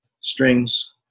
strings